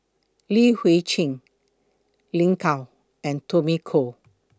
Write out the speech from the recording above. Li Hui Cheng Lin Gao and Tommy Koh